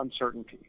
uncertainty